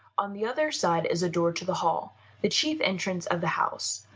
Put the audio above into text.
on the other side is a door to the hall the chief entrance of the house.